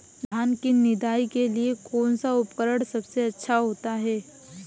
धान की निदाई के लिए कौन सा उपकरण सबसे अच्छा होता है?